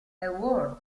award